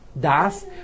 das